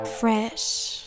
Fresh